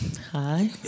Hi